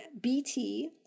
BT